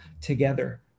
together